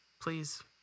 please